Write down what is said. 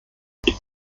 daher